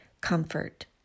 comfort